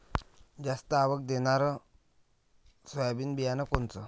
जास्त आवक देणनरं सोयाबीन बियानं कोनचं?